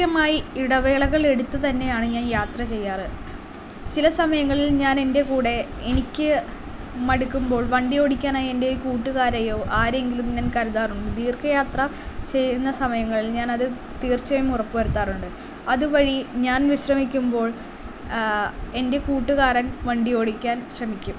കൃത്യമായി ഇടവേളകൾ എടുത്ത് തന്നെയാണ് ഞാൻ യാത്ര ചെയ്യാറ് ചില സമയങ്ങളിൽ ഞാൻ എൻ്റെ കൂടെ എനിക്ക് മടുക്കുമ്പോൾ വണ്ടി ഓടിക്കാനായി എൻ്റെ കൂട്ടുകാരെയോ ആരെയെങ്കിലും ഞാൻ കരുതാറുണ്ട് ദീർഘ യാത്ര ചെയ്യുന്ന സമയങ്ങളിൽ ഞാൻ അത് തീർച്ചയായും ഉറപ്പു വരുത്താറുണ്ട് അതുവഴി ഞാൻ വിശ്രമിക്കുമ്പോൾ എൻ്റെ കൂട്ടുകാരൻ വണ്ടി ഓടിക്കാൻ ശ്രമിക്കും